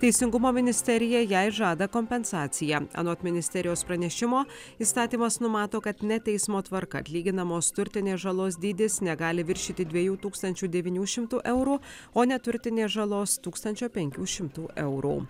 teisingumo ministerija jai žada kompensaciją anot ministerijos pranešimo įstatymas numato kad ne teismo tvarka atlyginamos turtinės žalos dydis negali viršyti dviejų tūkstančių devynių šimtų eurų o neturtinės žalos tūkstančio penkių šimtų eurų